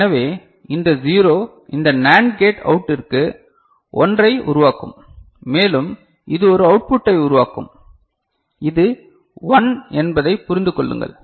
எனவே இந்த 0 இந்த NAND கேட் அவுட்புட்டிற்கு 1 ஐ உருவாக்கும் மேலும் இது ஒரு அவுட்புட்டை உருவாக்கும் இது 1 என்பதை புரிந்து கொள்ளுங்கள்